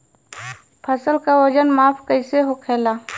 फसल का वजन माप कैसे होखेला?